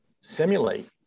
simulate